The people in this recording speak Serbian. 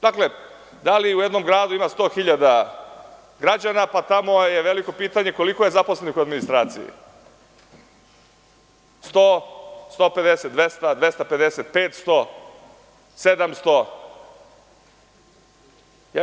Dakle, da li u jednom gradu ima 100.000 građana pa tamo je veliko pitanje koliko je zaposlenih u administraciji, 100, 150, 200, 250, 500, 700?